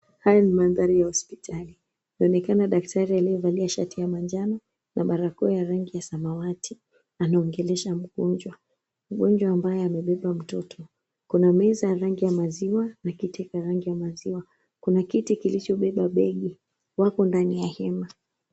Haya ni mandhari ya hospitali, daktari aliyevalia shati ya manjano na barakoa ya rangi ya samawati. Anaongelesha mgonjwa, ambaye amebeba mtoto. Kuna meza ya rangi ya maziwa na kiti kirangi ya maziwa. Kuna kiti kilichobeba begi. Wako ndani ya hema.